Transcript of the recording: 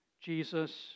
Jesus